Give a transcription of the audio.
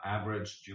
average